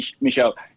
michelle